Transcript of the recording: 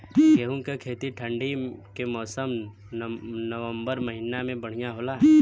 गेहूँ के खेती ठंण्डी के मौसम नवम्बर महीना में बढ़ियां होला?